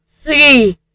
three